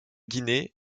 guinée